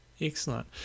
Excellent